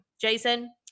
Jason